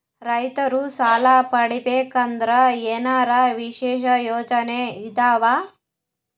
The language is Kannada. ರೈತರು ಸಾಲ ಪಡಿಬೇಕಂದರ ಏನರ ವಿಶೇಷ ಯೋಜನೆ ಇದಾವ?